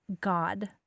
God